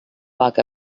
walk